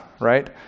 right